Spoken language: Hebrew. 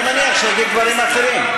אני מניח שהוא יגיד דברים אחרים.